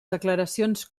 declaracions